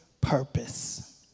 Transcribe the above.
purpose